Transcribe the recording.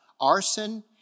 arson